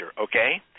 okay